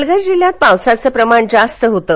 पालघर जिल्ह्यात पावसाचं प्रमाण जास्त होतं